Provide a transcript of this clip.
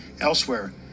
elsewhere